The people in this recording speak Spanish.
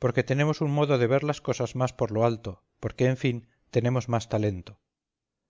porque tenemos un modo de ver las cosas más por lo alto porque en fin tenemos más talento